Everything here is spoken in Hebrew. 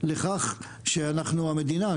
לכך שהמדינה,